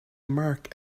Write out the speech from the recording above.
mark